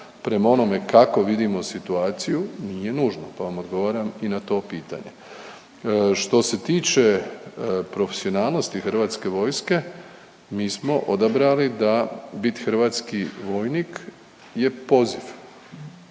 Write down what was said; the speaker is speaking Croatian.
prema onome kako vidimo situaciju nije nužno pa vam odgovaram i na to pitanje. Što se tiče profesionalnosti Hrvatske vojske, mi smo odabrali da biti hrvatski vojnik je poziv.